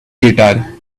guitar